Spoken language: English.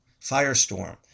firestorm